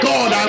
God